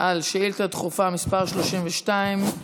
על שאילתה דחופה מס' 32,